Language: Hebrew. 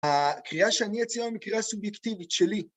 הקריאה שאני אציע היא קריאה סובייקטיבית שלי.